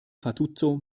fatuzzo